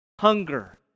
Hunger